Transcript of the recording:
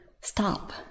stop